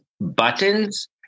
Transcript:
buttons